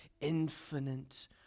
infinite